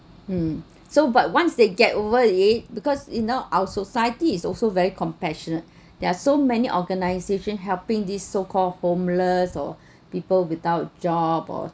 mm so but once they get over it because you know our society is also very compassionate there are so many organisation helping this so called homeless or people without job or